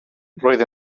roedd